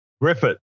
Griffith